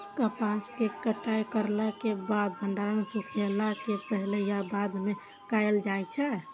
कपास के कटाई करला के बाद भंडारण सुखेला के पहले या बाद में कायल जाय छै?